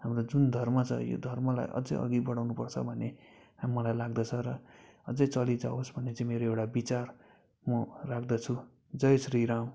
हाम्रो जुन धर्म छ यो धर्मलाई अझै अघि बढाउनु पर्छ भन्ने मलाई लाग्दछ र अझै चलिजावोस् भन्ने चाहिँ मेरो एउटा विचार म राख्दछु जय श्री राम